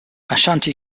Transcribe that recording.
ashanti